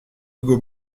hugo